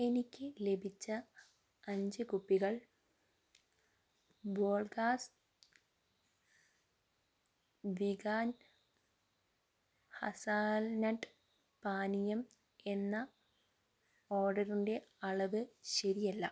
എനിക്ക് ലഭിച്ച അഞ്ച് കുപ്പികൾ ബോർഗാസ് വിഗാൻ ഹസാൽനട്ട് പാനീയം എന്ന ഓർഡറിന്റെ അളവ് ശരിയല്ല